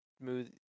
smooth